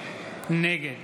נגד